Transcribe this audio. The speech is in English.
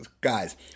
guys